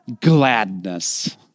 gladness